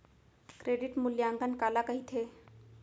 Credit मूल्यांकन काला कहिथे?